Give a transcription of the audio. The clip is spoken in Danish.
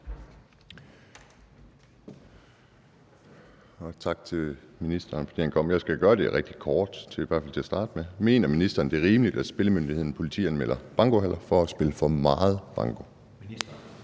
kommet i salen. Jeg skal gøre det kort, i hvert fald til at starte med: Mener ministeren, det er rimeligt, at Spillemyndigheden politianmelder bankohaller for at spille for meget banko?